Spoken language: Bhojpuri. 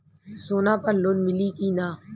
सोना पर लोन मिली की ना?